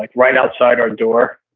like right outside our door,